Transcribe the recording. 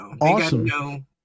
awesome